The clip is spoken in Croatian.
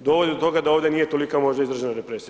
dovodi to toga da ovdje nije tolika možda izražena represija.